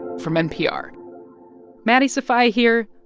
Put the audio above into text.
from npr maddie sofia here.